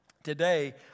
Today